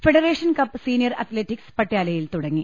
federation cup senior athletics പട്യാലയിൽ തുടങ്ങി